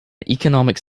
economics